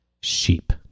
SHEEP